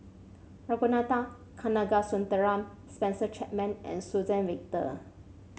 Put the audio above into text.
Ragunathar Kanagasuntheram Spencer Chapman and Suzann Victor